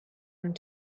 and